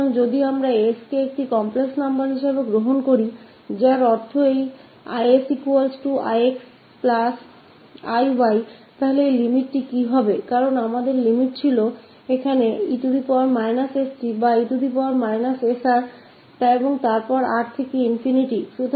तो अगर हम स को काम्प्लेक्स नंबर ले इसका मतलब है 𝑠 𝑥 𝑖𝑦 तो क्या इस limit का क्या होगा क्योंकि हमारे पास लिमिट थी वहाँ थे 𝑒−𝑠𝑡 या 𝑒−𝑠𝑅 और फिर 𝑅 ∞ के तरफ ले गया